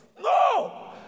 No